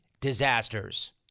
disasters